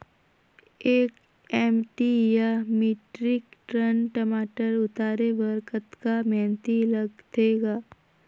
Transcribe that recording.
एक एम.टी या metric ton टमाटर उतारे बर कतका मेहनती लगथे ग?